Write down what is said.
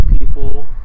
people